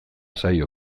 zaio